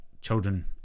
children